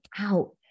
out